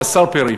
השר פרי,